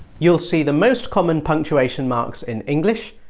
you'll see the most common punctuation marks in english,